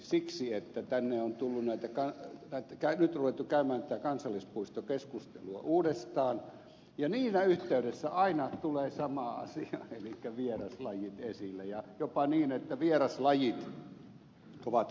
siksi että nyt on ruvettu käymään tätä kansallispuistokeskustelua uudestaan ja siinä yhteydessä aina tulee sama asia elikkä vieraslajit esille ja jopa niin että vieraslajit ovat kansallispuiston este